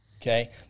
Okay